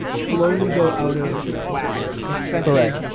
slowly go out of whack, correct.